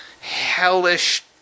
hellish